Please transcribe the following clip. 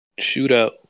shootout